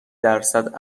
درصد